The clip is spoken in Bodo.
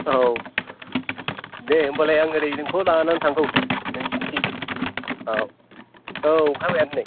औ दे होमबालाय आं ओरै नोंखौ लानानै थांगौ नोंसोरनिथिं औ औ ओंखारबायानो नै